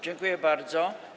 Dziękuję bardzo.